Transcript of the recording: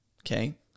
Okay